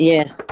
Yes